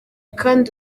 kandi